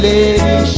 Lady